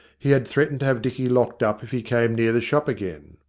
he had threatened to have dicky locked up if he came near the shop again.